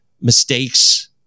mistakes